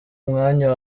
mwanya